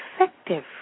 effective